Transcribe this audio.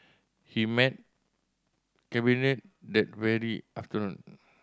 he met Cabinet that very afternoon